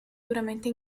duramente